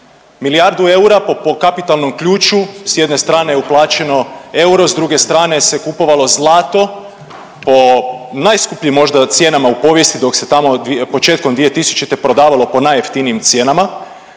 Milijardu eura po kapitalnom ključu s jedne strane je uplaćeno euro, s druge strane se kupovalo zlato po najskupljim možda cijenama u povijesti dok se tamo početkom 2000. prodavalo po najjeftinijim cijenama,